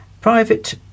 Private